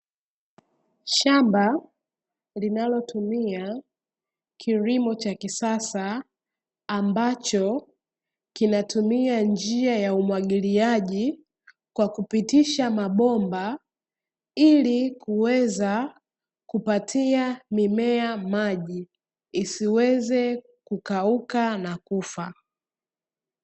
Shamba linalotumia kilimo cha kisasa ambacho kinatumia njia ya umwagiliaji kwa kupitisha mabomba, ili kuweza kupatia mimea maji isiweze kukauka na kufa.